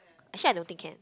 actually I don't think can